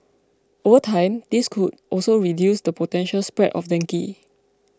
over time this could also reduce the potential spread of dengue